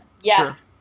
yes